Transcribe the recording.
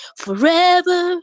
forever